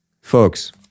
folks